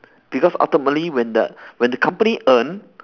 because ultimately when the when the company earn